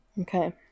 okay